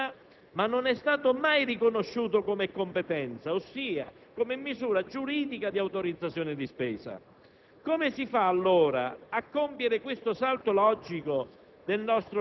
Finora il tesoretto è una risultanza di cassa, ma non è mai stato riconosciuto come competenza, ossia come misura giuridica di autorizzazione di spesa.